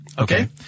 Okay